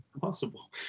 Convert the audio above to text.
possible